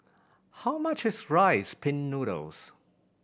how much is Rice Pin Noodles